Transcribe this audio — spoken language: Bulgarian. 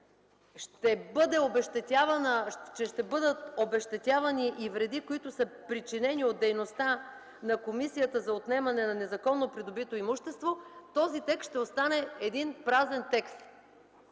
ще бъдат обезщетявани и вреди, причинени от дейността на комисията за отнемане на незаконно придобито имущество, този текст ще остане един празен текст,